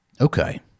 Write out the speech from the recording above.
Okay